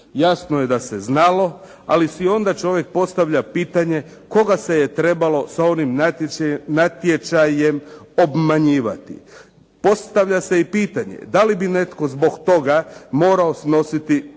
Jasno je da se znalo, ali si onda čovjek postavlja pitanje koga se trebalo sa onim natječajem obmanjivati. Postavlja se i pitanje da li bi netko zbog toga morao snositi